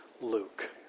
Luke